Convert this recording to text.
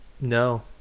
no